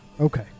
Okay